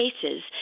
cases